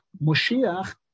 Moshiach